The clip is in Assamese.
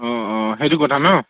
অঁ অঁ সেইটো কথা ন